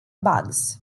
bugs